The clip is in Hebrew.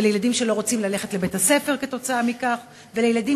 לילדים שלא רוצים ללכת לבית-הספר כתוצאה מכך ולילדים